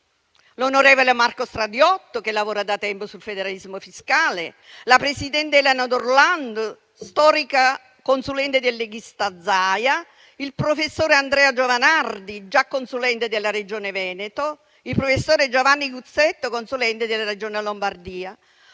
l'onorevole Marco Stradiotto, che lavora da tempo al federalismo fiscale; la presidente Elena D'Orlando, storica consulente del leghista Zaia; il professor Andrea Giovanardi, già consulente della Regione Veneto; il professor Giovanni Guzzetta, consulente della Regione Lombardia.